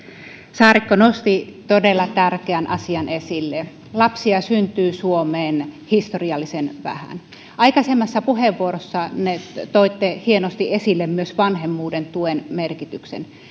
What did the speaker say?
saarikko nosti todella tärkeän asian esille lapsia syntyy suomeen historiallisen vähän aikaisemmassa puheenvuorossanne toitte hienosti esille myös vanhemmuuden tuen merkityksen